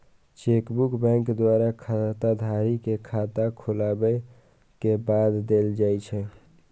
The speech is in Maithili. चेकबुक बैंक द्वारा खाताधारक कें खाता खोलाबै के बाद देल जाइ छै